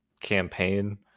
campaign